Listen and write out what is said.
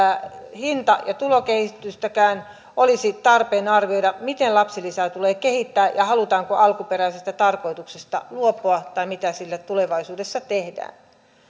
hinta kuin tulokehitystäkään olisi tarpeen arvioida miten lapsilisää tulee kehittää ja halutaanko alkuperäisestä tarkoituksesta luopua tai mitä sille tulevaisuudessa tehdään